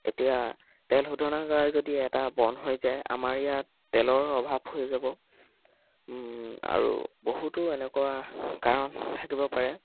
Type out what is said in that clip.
এতিয়া তেল শোধনাগাৰ যদি এটা বন্ধ হৈ যায় আমাৰ ইয়াত তেলৰ অভাৱ হৈ যাব আৰু বহুতো এনেকুৱা কাৰণ থাকিব পাৰে